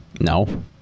no